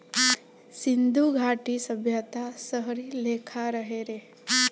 सिन्धु घाटी सभ्यता शहरी लेखा रहे